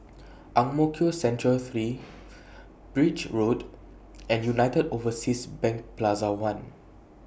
Ang Mo Kio Central three Birch Road and United Overseas Bank Plaza one